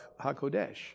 HaKodesh